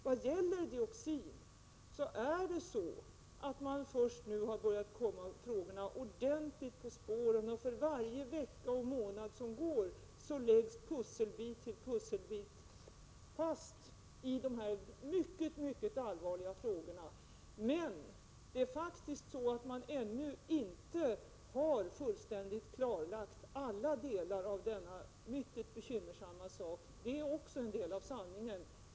Vad gäller dioxin har man först nu börjat komma frågorna ordentligt på spåren. För varje vecka och månad som går läggs pusselbit på pusselbit på plats i dessa mycket allvarliga frågor. Men man har faktiskt ännu inte fullständigt klarlagt alla delar i denna mycket bekymmersamma fråga. Detta är också en del av sanningen.